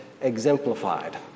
exemplified